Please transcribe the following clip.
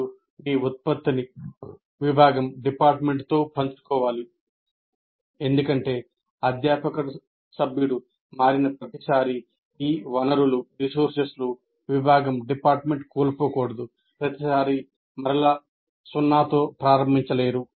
మీరు ఈ ఉత్పత్తిని విభాగం ను విభాగం కోల్పోకూడదు ప్రతిసారి సున్నాతో ప్రారంభించలేరు